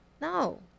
no